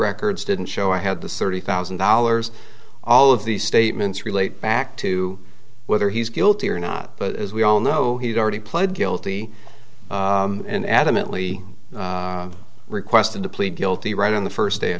records didn't show i had the surgery thousand dollars all of these statements relate back to whether he's guilty or not but as we all know he's already pled guilty and adamantly requested to plead guilty right on the first day